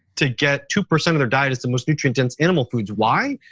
to get two percent of their diet as the most nutrient dense animal foods. why?